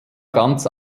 ganz